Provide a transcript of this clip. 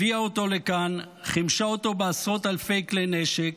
הביאה אותו לכאן, חימשה אותו בעשרות אלפי כלי נשק,